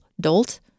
dolt